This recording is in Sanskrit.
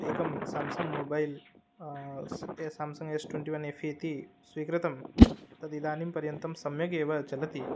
एकं स्याम्सङ्ग् मोबैल् एस् ये Samsung S twenty one F इति स्वीकृतं तदिदानीं पर्यन्तं सम्यगेव चलति